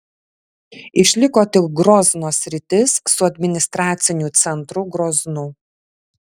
išliko tik grozno sritis su administraciniu centru groznu